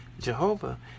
jehovah